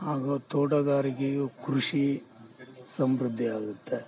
ಹಾಗು ತೋಟಗಾರಿಕೆಯು ಕೃಷಿ ಸಮೃದ್ದಿಯಾಗುತ್ತೆ